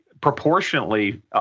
proportionately